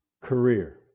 career